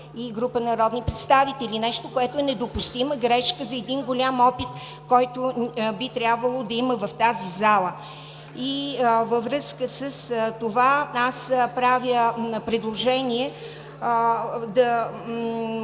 Даниела Дариткова.) Нещо, което е недопустима грешка за един голям опит, който би трябвало да има в тази зала. Във връзка с това аз правя предложение